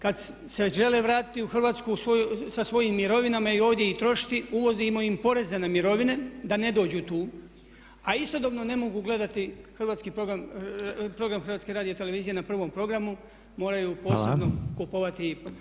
Kada se žele vratiti u Hrvatsku sa svojim mirovinama i ovdje ih trošiti uvozimo im poreze na mirovine da ne dođu tu a istodobno ne mogu gledati hrvatski program, program HRT-a na prvom programu, moraju posebno kupovati.